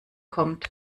kommt